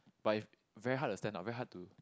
but if very hard to stand out very hard to